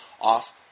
off